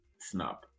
snap